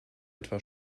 etwa